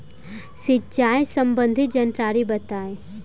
सिंचाई संबंधित जानकारी बताई?